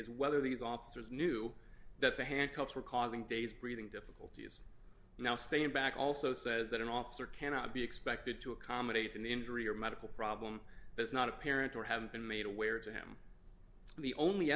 is whether these officers knew that the handcuffs were causing days breathing difficulties now stand back also says that an officer cannot be expected to accommodate an injury or medical problem is not apparent or have been made aware to him the only